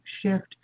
shift